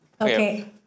Okay